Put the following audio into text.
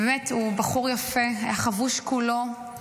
באמת הוא בחור יפה, היה חבוש כולו.